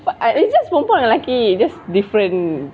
it's just perempuan dengan lelaki just different